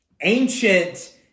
ancient